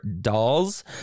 dolls